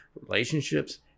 relationships